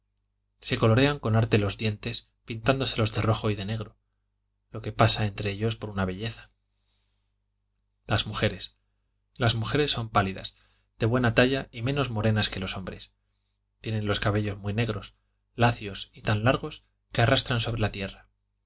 se colorean con arte los dientes pintándoselos de rojo y de negro lo que pasa entre ellos por una belleza las mujeres las mujeres son pálidas de buena talla y menos morenas que los hombrestienen los cabellos muy negros lacios y tan largos que arrastran sobre la tierra